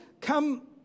come